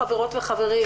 חברות וחברים,